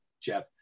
Jeff